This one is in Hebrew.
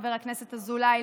חבר הכנסת אזולאי,